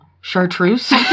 Chartreuse